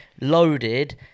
loaded